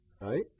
right